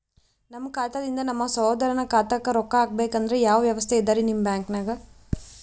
ನಮ್ಮ ಖಾತಾದಿಂದ ನಮ್ಮ ಸಹೋದರನ ಖಾತಾಕ್ಕಾ ರೊಕ್ಕಾ ಹಾಕ್ಬೇಕಂದ್ರ ಯಾವ ವ್ಯವಸ್ಥೆ ಇದರೀ ನಿಮ್ಮ ಬ್ಯಾಂಕ್ನಾಗ?